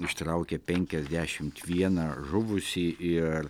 ištraukė penkiasdešimt vieną žuvusį ir